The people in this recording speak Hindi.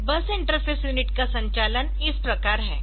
इस बस इंटरफ़ेस यूनिट का संचालन इस प्रकार है